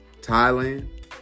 Thailand